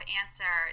answer